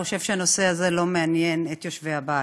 חושב שהנושא הזה לא מעניין את יושבי הבית,